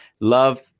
love